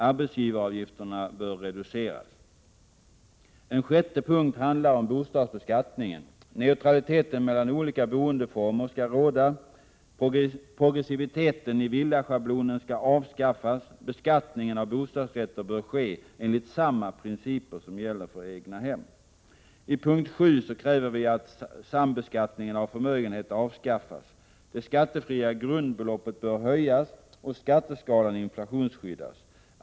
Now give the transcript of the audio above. Arbetsgivaravgifterna bör reduceras. En sjätte punkt handlar om bostadsbeskattningen. Neutralitet mellan olika boendeformer skall råda. Progressiviteten i villaschablonen skall avskaffas. Beskattningen av bostadsrätter bör ske enligt samma principer som gäller för egnahem. I punkt 7 kräver vi att sambeskattningen av förmögenhet avskaffas. Det skattefria grundbeloppet bör höjas och skatteskalan inflationsskyddas.